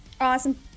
awesome